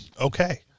Okay